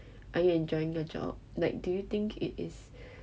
are you enjoying your job like do you think it is